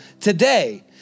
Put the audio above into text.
today